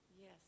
Yes